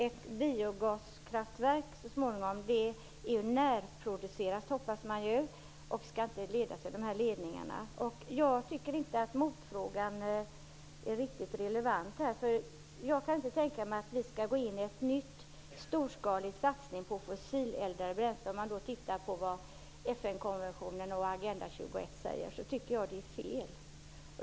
Ett biogaskraftverk hoppas man ju så småningom skall vara närproducerande och inte behöva de här ledningarna. Jag tycker inte att motfrågan är riktigt relevant. Jag kan inte tänka mig att vi skall gå in i en ny storskalig satsning på fossileldade bränslen. Med utgångspunkt i det FN-konventionen och Agenda 21 säger tycker jag det är fel.